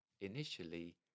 Initially